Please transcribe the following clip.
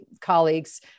colleagues